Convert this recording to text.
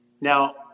Now